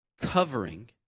covering